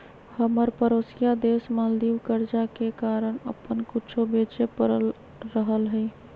हमर परोसिया देश मालदीव कर्जा के कारण अप्पन कुछो बेचे पड़ रहल हइ